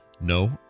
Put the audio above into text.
no